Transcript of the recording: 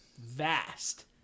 vast